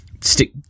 stick